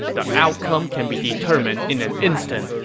the outcome can be determined in an instant,